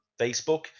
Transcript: Facebook